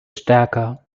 stärker